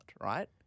right